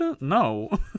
No